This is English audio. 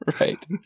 Right